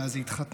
מאז היא התחתנה,